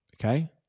okay